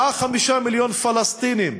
4 5 מיליון פלסטינים